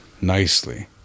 Nicely